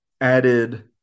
added